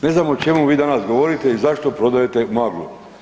Ne znam o čemu vi danas govorite i zašto prodajte maglu.